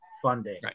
funding